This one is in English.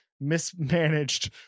mismanaged